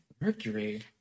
Mercury